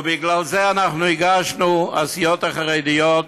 ובגלל זה אנחנו הגשנו, הסיעות החרדיות,